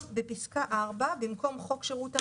בפסקה (4), במקום "חוק שירות המדינה"